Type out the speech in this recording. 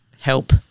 Help